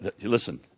listen